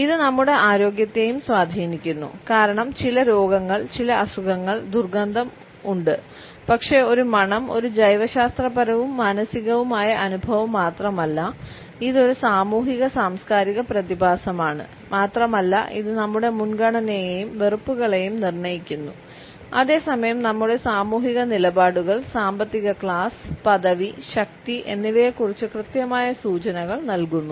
ഇത് നമ്മുടെ ആരോഗ്യത്തെയും സ്വാധീനിക്കുന്നു കാരണം ചില രോഗങ്ങൾ ചില അസുഖങ്ങൾക്ക് ദുർഗന്ധം ഉണ്ട് പക്ഷേ ഒരു മണം ഒരു ജൈവശാസ്ത്രപരവും മാനസികവുമായ അനുഭവം മാത്രമല്ല ഇത് ഒരു സാമൂഹിക സാംസ്കാരിക പ്രതിഭാസമാണ് മാത്രമല്ല ഇത് നമ്മുടെ മുൻഗണനയെയും വെറുപ്പുകളെയും നിർണ്ണയിക്കുന്നു അതേ സമയം നമ്മുടെ സാമൂഹിക നിലപാടുകൾ സാമ്പത്തിക ക്ലാസ് പദവി ശക്തി എന്നിവയെക്കുറിച്ച് കൃത്യമായ സൂചനകൾ നൽകുന്നു